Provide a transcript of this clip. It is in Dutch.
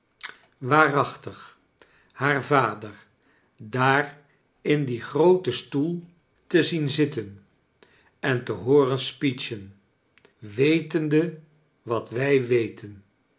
vuaraohtig haar vador daar in dien grooten stoel te zien zitten en te hooren speechen wetende wat wij weten